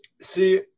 See